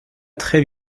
très